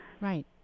right